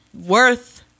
worth